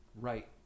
right